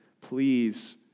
please